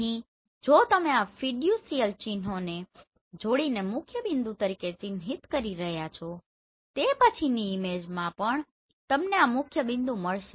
અહીં જો તમે આ ફિડ્યુસીયલ ચિન્હોને જોડીને મુખ્યબિંદુ તરીકે ચિહ્નિત કરી રહ્યા છો તો પછીની ઈમેજમાં પણ તમને આ મુખ્યબિંદુ મળશે